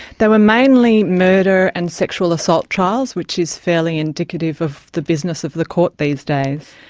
they were mainly murder and sexual assault trials, which is fairly indicative of the business of the court these days.